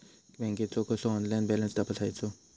बँकेचो कसो online balance तपासायचो?